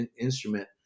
instrument